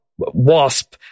Wasp